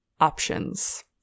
options